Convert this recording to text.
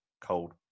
cold